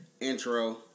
Intro